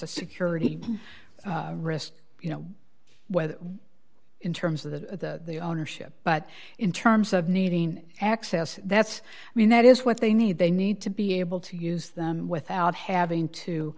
a security risk you know whether in terms of the ownership but in terms of needing access that's i mean that is what they need they need to be able to use them without having to